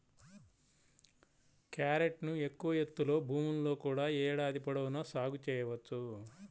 క్యారెట్ను ఎక్కువ ఎత్తులో భూముల్లో కూడా ఏడాది పొడవునా సాగు చేయవచ్చు